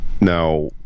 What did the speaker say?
now